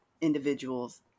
individuals